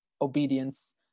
obedience